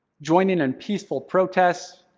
joining and peaceful protests,